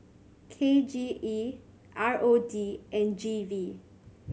K J E R O D and G V